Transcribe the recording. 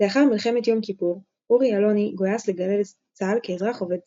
לאחר מלחמת יום כיפור אורי אלוני גויס לגלי צה"ל כאזרח עובד צה"ל,